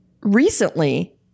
recently